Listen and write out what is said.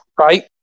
right